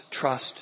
trust